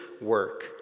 work